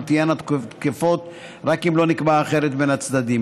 תהיינה תקפות רק אם לא נקבע אחרת בין הצדדים.